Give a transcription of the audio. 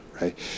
right